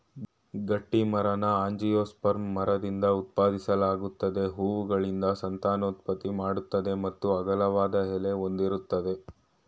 ಗಟ್ಟಿಮರನ angiosperm ಮರದಿಂದ ಉತ್ಪಾದಿಸಲಾಗ್ತದೆ ಹೂವುಗಳಿಂದ ಸಂತಾನೋತ್ಪತ್ತಿ ಮಾಡ್ತದೆ ಮತ್ತು ಅಗಲವಾದ ಎಲೆ ಹೊಂದಿರ್ತದೆ